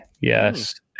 yes